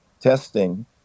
testing